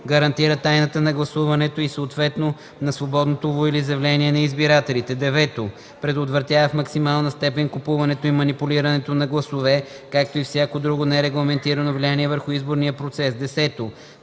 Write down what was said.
гарантира тайната на гласуването и съответно на свободното волеизявление на избирателите; 9. предотвратява в максимална степен купуването и манипулирането на гласове, както и всяко друго нерегламентирано влияние върху изборния процес; 10.